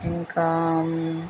ఇంకా